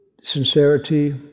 sincerity